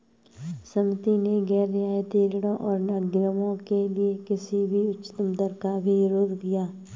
समिति ने गैर रियायती ऋणों और अग्रिमों के लिए किसी भी उच्चतम दर का भी विरोध किया